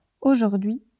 Aujourd'hui